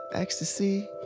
Ecstasy